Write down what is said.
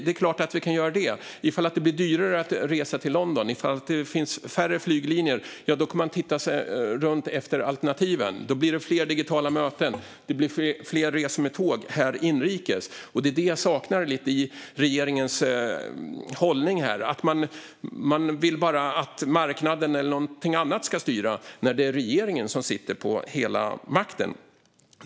Det är klart att vi kan göra det. Ifall det blir dyrare att resa till exempelvis London och det finns färre flyglinjer kommer man att titta sig runt efter alternativ. Då blir det fler digitala möten. Inrikes blir det också fler resor med tåg. Det är det jag saknar lite i regeringens hållning här. Man vill bara att marknaden eller någonting annat ska styra, när det är regeringen som sitter på hela makten.